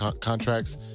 contracts